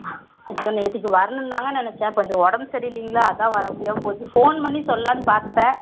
அச்சோ நேற்றைக்கு வரணும்னு தாங்க நினச்சேன் கொஞ்சம் உடம்பு சரில்லிங்களா அதுதான் வரமுடியாமல் போச்சு ஃபோன் பண்ணி சொல்லாம்னு பார்த்தேன்